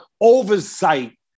oversight